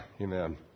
Amen